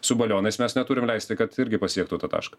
su balionais mes neturim leisti kad irgi pasiektų tą tašką